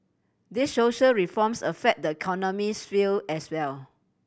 these social reforms affect the economics feel as well